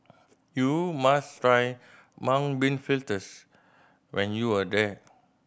you must try Mung Bean Fritters when you are there